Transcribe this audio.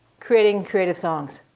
creating creative songs.